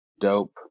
dope